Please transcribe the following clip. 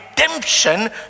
redemption